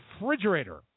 refrigerator